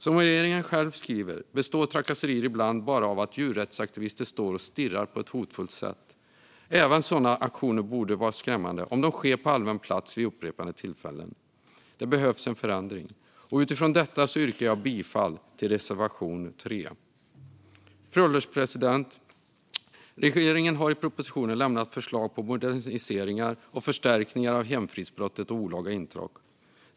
Som regeringen själv skriver består trakasserier ibland bara av att djurrättsaktivister står och stirrar på ett hotfullt sätt. Även sådana aktioner kan vara skrämmande om de sker på allmän plats vid upprepade tillfällen. Det behövs en förändring. Utifrån detta yrkar jag bifall till reservation 3. Fru ålderspresident! Regeringen har i propositionen lämnat förslag på moderniseringar och förstärkningar av hemfridsbrottet olaga intrång.